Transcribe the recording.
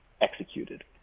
executed